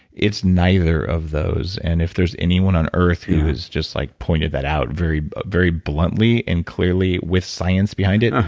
it's neither of those. and if there's anyone on earth who has just like pointed that out very very bluntly and clearly with science behind it,